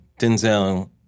Denzel